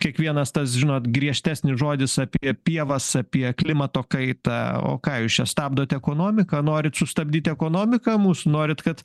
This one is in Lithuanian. kiekvienas tas žinot griežtesnis žodis apie pievas apie klimato kaitą o ką jūs stabdot ekonomiką norit sustabdyt ekonomiką mūsų norit kad